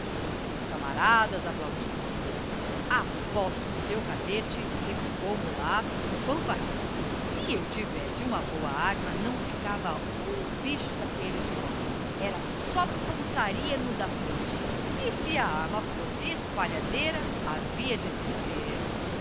os camaradas applaudiram aposto seu cadete replicou o mulato com fanfarrice si eu tivesse uma boa arma não ficava um bicho d'aquelles voando era só pontaria no da frente e si a arma fosse espalhadeira havia de se ver